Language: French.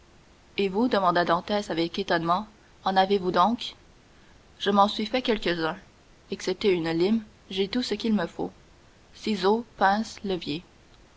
et vous demanda dantès avec étonnement en avez-vous donc je m'en suis fait quelques-uns excepté une lime j'ai tout ce qu'il me faut ciseau pince levier